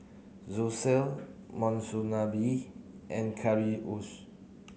Zosui Monsunabe and Currywurst